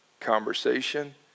Conversation